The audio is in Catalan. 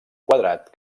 quadrat